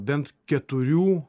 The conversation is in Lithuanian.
bent keturių